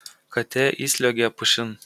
katė įsliuogė pušin